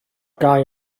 gau